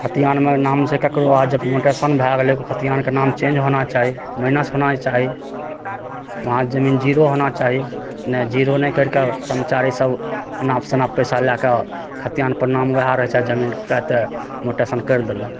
खतिहानमे नाम होइ छै ककरो आओर जखन मोटेशन भए गेलय तऽ खतिहानके नाम चेंज होना चाही माइनस होना चाही वहाँ जमीन जीरो होना चाही नहि जीरो नहि करके कर्मचारी सब अनाप शनाप पैसा लएके खतिहानपर नाम वएह रहय छै आओर जमीनके तऽ मोटेशन करि देलक